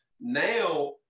Now